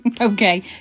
Okay